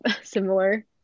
similar